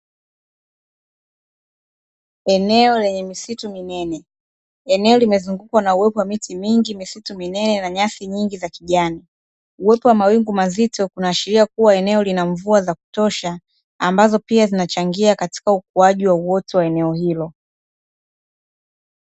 Eneo lenye misitu minene, eneo limezungukwa na uwepo wa miti mingi misitu minene na nyasi nyingi za kijani, uwepo wa mawingu mazito kunaashiria kua eneo lina mvua za kutosha ambazo pia zinachangia katika ukuaji wa uoto wa eneo hilo.